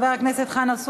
חבר הכנסת חנא סוייד,